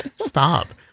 stop